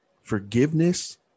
Forgiveness